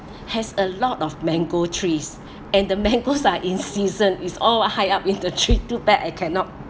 has a lot of mango trees and the mangoes are in season is all high up into tree too bad I cannot